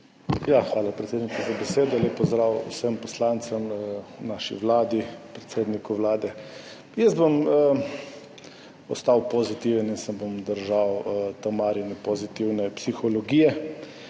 Hvala, predsednica, za besedo. Lep pozdrav vsem poslancem, naši vladi, predsedniku Vlade! Ostal bom pozitiven in se bom držal Tamarine pozitivne psihologije,